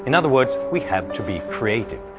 and other words, we have to be, creative.